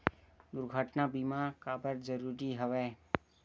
दुर्घटना बीमा काबर जरूरी हवय?